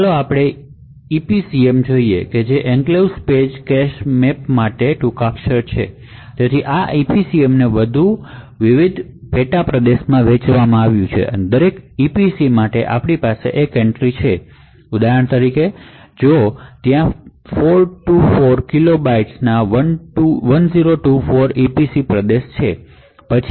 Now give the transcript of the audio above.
તો ચાલો આપણે EPCM જોઈએ કે જે એન્ક્લેવ્સ પેજ કેશ મેપ માટે ટૂંકાક્ષર છે આ EPCM ને વધુ વિવિધ પેટા પ્રદેશોમાં વહેંચાયેલું છે અને દરેક EPC માટે આપણી પાસે એક એન્ટ્રી છે ઉદાહરણ તરીકે જો ત્યાં 424 કિલો બાઇટ્સના 1024 EPC પ્રદેશો છે